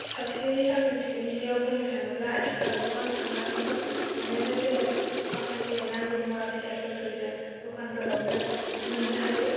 सावस्रिनि साखोन सिखोननि सायाव बुंनो थाङोब्ला आथिखालाव गोबां सांग्रांथि दं मानोना जोङो माखासे नांगौ मुवा बेसादफोरखौ जों दखानफोरावनो मोननो हायो